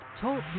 Talk